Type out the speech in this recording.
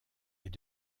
est